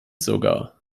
sogar